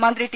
മന്ത്രി ടി